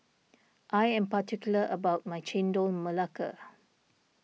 I am particular about my Chendol Melaka